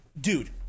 Dude